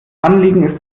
anliegen